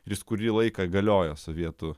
jis kurį laiką galiojo sovietų